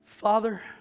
Father